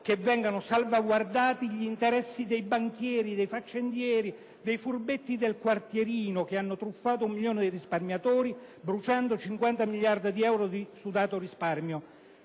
che vengano salvaguardati gli interessi dei banchieri, dei faccendieri, dei furbetti del quartierino che hanno truffato un milione di risparmiatori, bruciando 50 miliardi di euro di sudato risparmio.